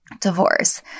Divorce